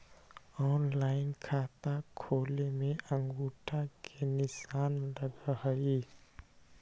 Online खाता खोले में अंगूठा के निशान लगहई?